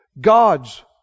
God's